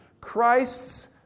Christ's